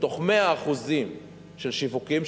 מתוך 100% של שיווקים,